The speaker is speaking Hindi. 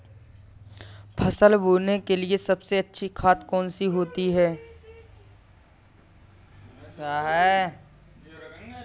फसल बोने के लिए सबसे अच्छी खाद कौन सी होती है?